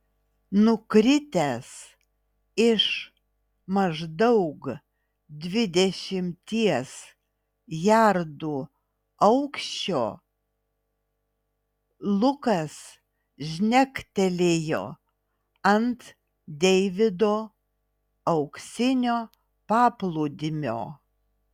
nukritęs iš maždaug dvidešimties jardų aukščio lukas žnektelėjo ant deivido auksinio paplūdimio